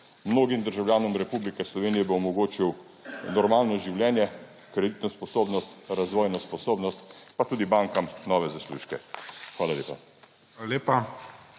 Mnogim državljanom Republike Slovenije bo omogočil normalno življenje, kreditno sposobnost, razvojno sposobnost in tudi bankam nove zaslužke. Hvala lepa.